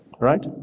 Right